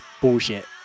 Bullshit